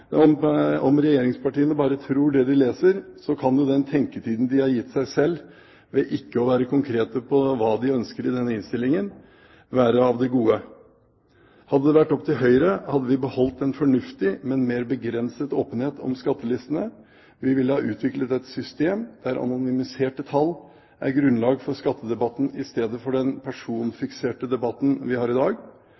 tror det de leser, kan jo den tenketiden de har gitt seg selv ved ikke å være konkrete på hva de ønsker i denne innstillingen, være av det gode. Hadde det vært opp til Høyre, hadde vi beholdt en fornuftig, men mer begrenset åpenhet om skattelistene. Vi ville ha utviklet et system der anonymiserte tall er grunnlaget for skattedebatten i stedet for den